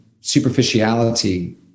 superficiality